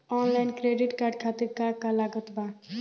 Online credit card खातिर का का लागत बा?